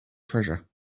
treasure